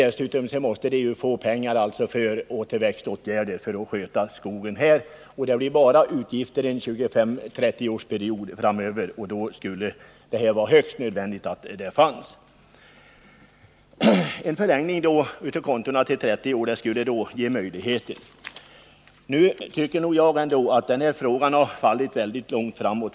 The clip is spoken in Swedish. Dessutom måste de ha pengar för att vidta återväxtåtgärder, för att sköta skogen. Under en period av ungefär 25 år framöver får de bara utgifter, och då är det nödvändigt att de har pengar att ta av. En förlängning till 30 år av den tid då pengarna står på skogskonto skulle förbättra möjligheterna. Jag tycker ändå att den här frågan har fallit långt framåt.